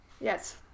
Yes